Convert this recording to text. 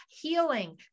healing